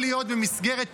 מסחרי, זה צריך להיות ציבורי.